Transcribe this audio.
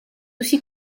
aussi